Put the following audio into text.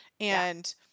And-